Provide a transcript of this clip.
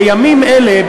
בימים אלה,